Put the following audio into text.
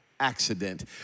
accident